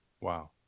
wow